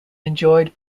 enjoyed